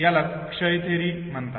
यालाच क्षय थेअरी म्हणतात